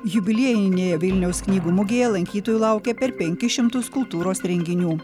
jubiliejinėje vilniaus knygų mugėje lankytojų laukia per penkis šimtus kultūros renginių